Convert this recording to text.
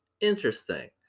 Interesting